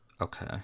Okay